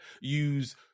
use